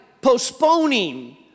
postponing